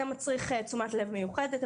זה מצריך תשומת לב מיוחדת.